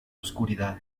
oscuridad